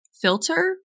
filter